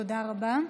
תודה רבה.